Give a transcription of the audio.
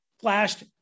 flashed